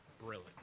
brilliant